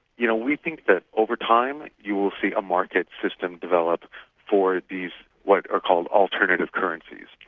you know we think that over time, you will see a market system develop for these what are called alternative currencies,